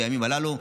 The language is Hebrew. בימים הללו,